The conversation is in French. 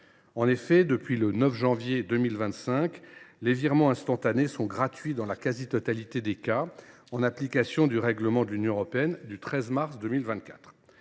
En effet, depuis le 9 janvier 2025, ces virements sont gratuits dans la quasi totalité des cas, en application du règlement européen du 13 mars 2024.